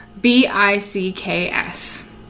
B-I-C-K-S